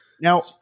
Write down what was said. Now